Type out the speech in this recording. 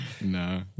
No